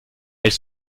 elle